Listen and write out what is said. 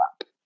up